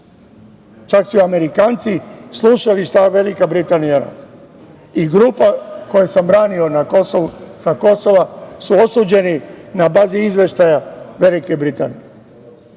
čak su Amerikanci slušali šta Velika Britanija radi. Grupa koju sam branio sa Kosova su osuđeni na bazi izveštaja Velike Britanije